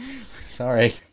Sorry